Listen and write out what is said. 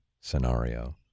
scenario